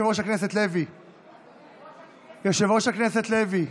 בתוספת קולו של יושב-ראש הכנסת מיקי לוי,